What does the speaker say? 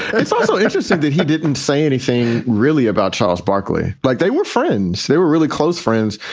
it's also interesting that he didn't say anything really about charles barkley, like they were friends. they were really close friends.